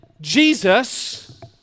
Jesus